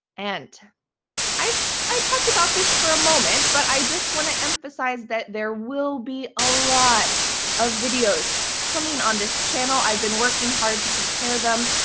and i talked about this for a moment, but i just want to emphasize that there will be a lot of videos coming on this channel. i've been working hard to prepare them.